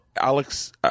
Alex